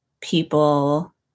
people